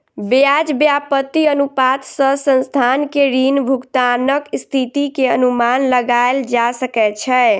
ब्याज व्याप्ति अनुपात सॅ संस्थान के ऋण भुगतानक स्थिति के अनुमान लगायल जा सकै छै